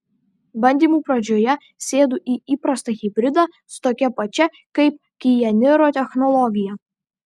bandymų pradžioje sėdu į įprastą hibridą su tokia pačia kaip kia niro technologija